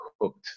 hooked